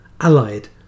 allied